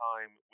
time